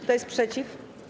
Kto jest przeciw?